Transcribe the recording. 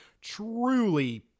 truly